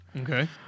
Okay